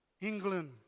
England